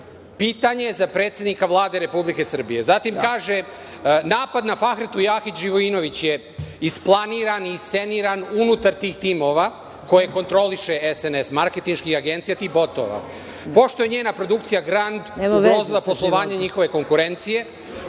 Pitanje za predsednika Vlade Republike Srbije. Zatim kaže – napad na Fahretu Jahić Živojinović je isplaniran, isceniran unutar tih timova koje kontroliše SNS, marketinških agencija „Tibotoa“. Pošto je njena produkcija „Grand“ ugrozila poslovanje njihove konkurencije,